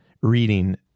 reading